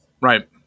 Right